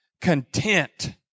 content